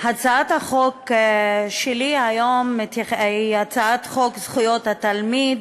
הצעת החוק שלי היום היא הצעת חוק זכויות התלמיד,